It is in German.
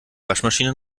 waschmaschine